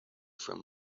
from